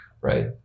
Right